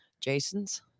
jason's